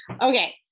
Okay